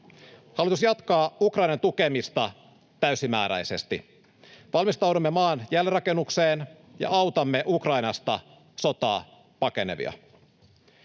Hallitus jatkaa Ukrainan tukemista täysimääräisesti. Valmistaudumme maan jälleenrakennukseen ja autamme Ukrainasta sotaa pakenevia.